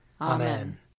Amen